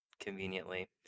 Conveniently